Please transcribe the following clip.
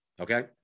Okay